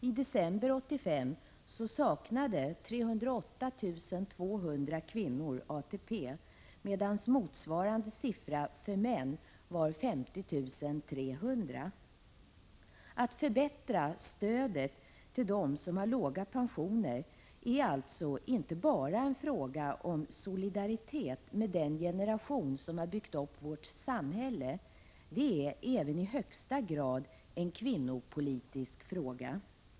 I december 1985 saknade 308 200 kvinnor ATP, medan motsvarande siffra för män var 50 300. Att förbättra stödet till dem som har låga pensioner är alltså inte bara en fråga om solidaritet med den generation som har byggt upp vårt samhälle. Det är även i högsta grad en kvinnopolitisk fråga.